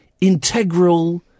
integral